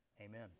Amen